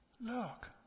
look